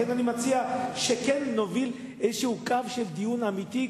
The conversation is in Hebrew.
לכן אני מציע שכן נוביל קו של דיון אמיתי,